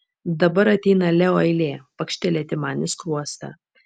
dabar ateina leo eilė pakštelėti man į skruostą